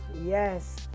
yes